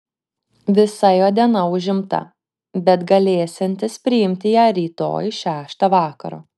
visa jo diena užimta bet galėsiantis priimti ją rytoj šeštą vakaro